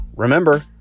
Remember